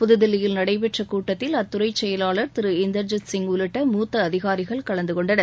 புதுதில்லியில் நடைபெற்ற கூட்டத்தில் அத்துறை செயலாளர் திரு இந்தர்ஜித் சிங் உள்ளிட்ட மூத்த அதிகாரிகள் கலந்து கொண்டனர்